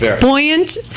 buoyant